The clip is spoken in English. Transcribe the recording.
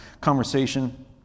conversation